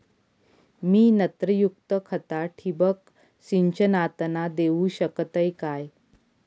मी नत्रयुक्त खता ठिबक सिंचनातना देऊ शकतय काय?